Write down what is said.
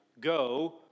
Go